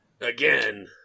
again